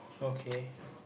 okay